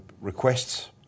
requests